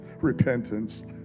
Repentance